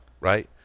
right